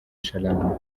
sharama